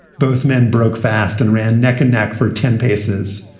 both men broke fast and ran neck and neck for ten paces,